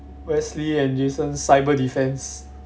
wesley and jason cyber defence